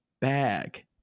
bag